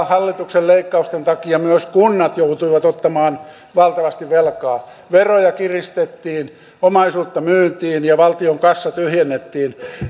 hallituksen leikkausten takia myös kunnat joutuivat ottamaan valtavasti velkaa veroja kiristettiin omaisuutta myytiin ja valtion kassa tyhjennettiin